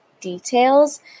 details